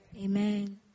Amen